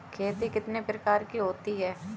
खेती कितने प्रकार की होती है?